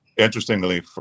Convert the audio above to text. Interestingly